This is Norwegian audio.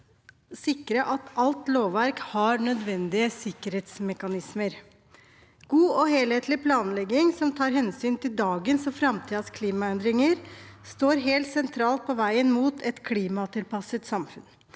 sikre at alt lovverk har nødvendige sikkerhetsmekanismer. God og helhetlig planlegging som tar hensyn til dagens og framtidens klimaendringer, står helt sentralt på veien mot et klimatilpasset samfunn.